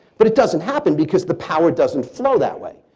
but it doesn't happen because the power doesn't throw that way.